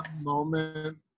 moments